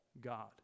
God